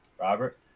Robert